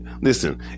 Listen